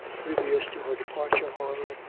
previous to her departure, however,